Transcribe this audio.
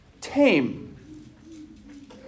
tame